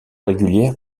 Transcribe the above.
régulière